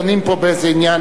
דנים פה באיזה עניין,